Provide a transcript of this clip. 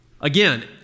again